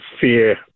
fear